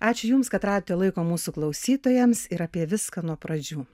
ačiū jums kad radote laiko mūsų klausytojams ir apie viską nuo pradžių